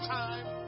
time